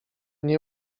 nie